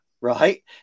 Right